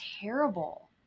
terrible